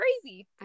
crazy